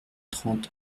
trente